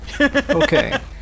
Okay